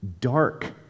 dark